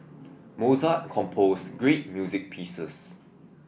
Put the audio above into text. Mozart composed great music pieces